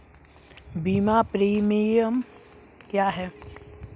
बीमा प्रीमियम क्या है?